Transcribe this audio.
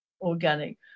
organic